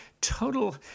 total